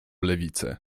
lewicę